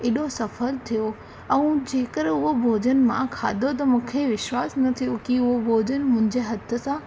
एॾो सफ़ल थियो ऐं जेकर उह भोजन मां खाधो त मूंखे विश्वासु न थियो की उह भोजन मुंहिंजे हथ सां